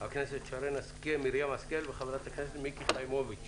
הכנסת שרן מרים השכל וחברת הכנסת מיקי חיימוביץ',